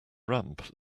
ramp